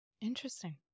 interesting